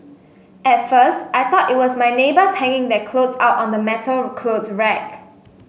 at first I thought it was my neighbours hanging their clothes out on the metal clothes rack